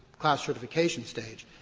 class certification stage.